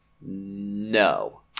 No